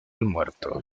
muerto